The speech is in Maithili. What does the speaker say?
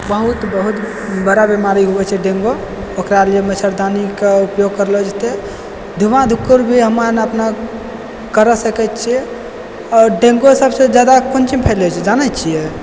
बहुत बहुत बड़ा बिमारी होइ छै डेंगु ओकरा लिए मच्छरदानीके उपयोग करलो जेतै धुआँ धुकुर भी हमे आन अपनो भी करि सकै छियै आओर डेंगु सबसँ जादा कोन चीजसँ फैलै छै जानै छियै